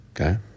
Okay